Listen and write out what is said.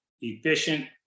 efficient